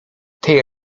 tej